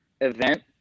event